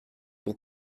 pour